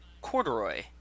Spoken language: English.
Corduroy